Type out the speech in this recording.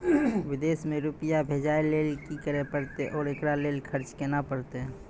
विदेश मे रुपिया भेजैय लेल कि करे परतै और एकरा लेल खर्च केना परतै?